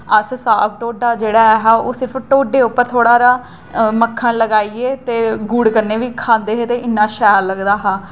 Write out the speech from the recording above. अस साग ढोड्डा जेह्ड़ा ऐहा ओह् सिर्फ ढोड्डे उप्पर थोह्ड़ा सारा मक्खन लाइयै ते गुड़ कन्नै बी खंदे हे ते इन्ना शैल लगदा हा